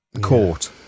Court